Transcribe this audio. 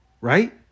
right